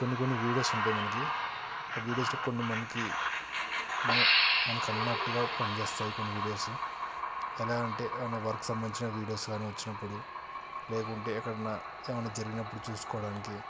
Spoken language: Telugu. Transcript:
కొన్ని కొన్ని వీడియోస్ ఉంటాయి మనకి ఆ వీడియోస్లో కొన్ని మనకి మన మనకి అన్నట్టుగా పనిచేస్తాయి కొన్ని వీడియోస్ ఎలా అంటే ఏవైనా వర్క్ సంబంధించిన వీడియోస్ కానీ వచ్చినప్పుడు లేకుంటే ఎక్కడైనా ఏమైనా జరిగినప్పుడు చూసుకోవడానికి